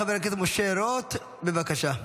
חבר הכנסת, משה רוט, בבקשה.